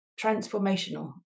transformational